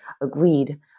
agreed